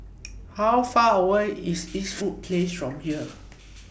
How Far away IS Eastwood Place from here